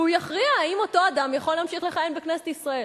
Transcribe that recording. והוא יכריע אם אותו אדם יכול להמשיך לכהן בכנסת ישראל.